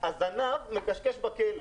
הזנב מכשכש בכלב.